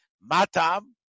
Matam